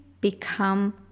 become